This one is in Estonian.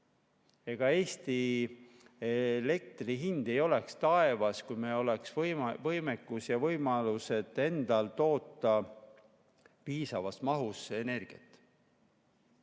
Ega Eesti elektri hind ei oleks taevas, kui meil oleks võimekus ja võimalused endal toota piisavas mahus energiat.